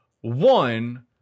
One